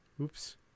Oops